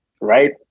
right